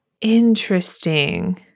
Interesting